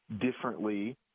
differently